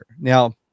now